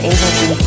Agency